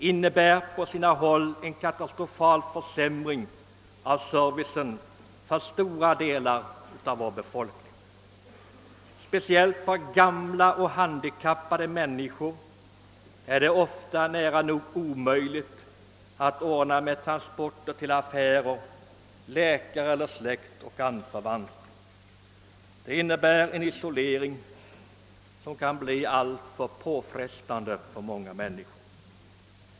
innebär på många håll en katastrofal försämring av servicen. Speciellt för gamla och handikappade är det ofta nära nog omöjligt att ordna med transporter till affärer, läkare och anförvanter. Detta innebär en isolering som kan bli alltför påfrestande för många människor.